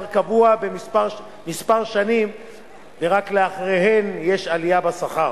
קבוע שנים מספר ורק לאחריהן יש עלייה בשכר,